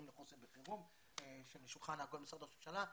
לחוסן בחירום' של שולחן עגול במשרד ראש הממשלה.